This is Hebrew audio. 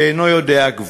שאינו יודע גבול.